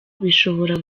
bishobora